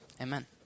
Amen